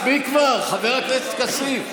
מספיק כבר, חבר הכנסת כסיף.